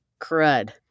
crud